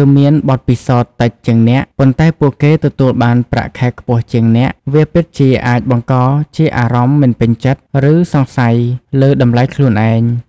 ឬមានបទពិសោធន៍តិចជាងអ្នក ប៉ុន្តែពួកគេ ទទួលបានប្រាក់ខែខ្ពស់ជាងអ្នក វាពិតជាអាចបង្កជាអារម្មណ៍មិនពេញចិត្ត ឬសង្ស័យលើតម្លៃខ្លួនឯង។